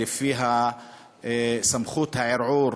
שלפיו סמכות הערעור